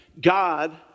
God